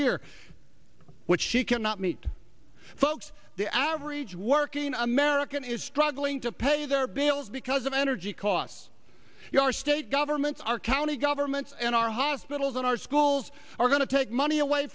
year which she cannot meet folks the average working american is struggling to pay their bills because of energy costs your state governments our county governments and our hospitals and our schools are going to take money away